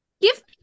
give